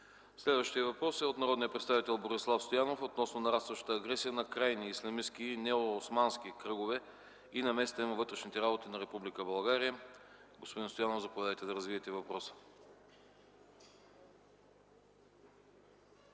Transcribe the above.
Следващият въпрос е от народния представител Борислав Стоянов относно нарастващата агресия на крайни ислямистки и неоосмански кръгове и намесата им във вътрешните работи на Република България. Господин Стоянов, заповядайте да развиете въпроса.